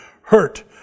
hurt